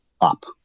up